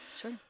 Sure